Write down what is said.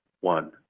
one